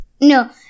No